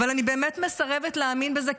אבל אני באמת מסרבת להאמין בזה,